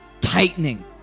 tightening